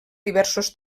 diversos